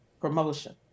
promotion